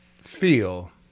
Feel